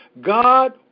God